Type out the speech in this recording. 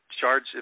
charge